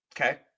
Okay